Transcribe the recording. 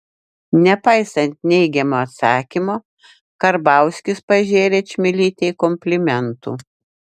nepaisant neigiamo atsakymo karbauskis pažėrė čmilytei komplimentų